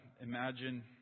imagine